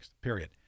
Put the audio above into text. period